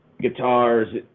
guitars